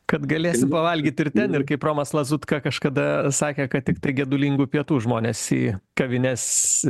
kad galėsi pavalgyti ir ten ir kaip romas lazutka kažkada sakė kad tiktai gedulingų pietų žmonės į kavines